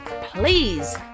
please